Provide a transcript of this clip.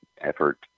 effort